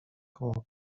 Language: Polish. koło